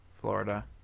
Florida